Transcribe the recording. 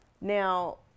Now